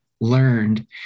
learned